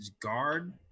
guard